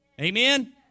Amen